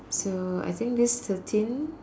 so I think this thirteen